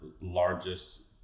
largest